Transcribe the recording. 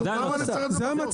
למה אני צריך את זה בחוק?